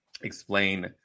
explain